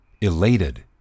Elated